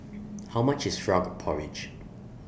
How much IS Frog Porridge